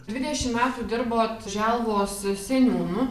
dvidešim metų dirbot želvos seniūnu